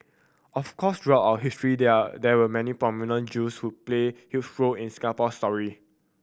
of course throughout our history there are there were many prominent Jews who played huge role in the Singapore story